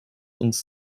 uns